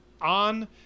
on